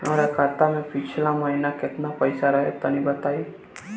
हमरा खाता मे पिछला महीना केतना पईसा रहे तनि बताई?